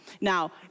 Now